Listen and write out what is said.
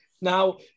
Now